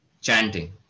Chanting